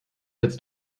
jetzt